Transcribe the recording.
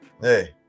hey